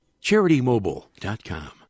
CharityMobile.com